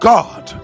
God